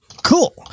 Cool